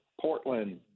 Portland